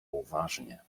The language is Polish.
uważnie